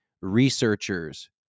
researchers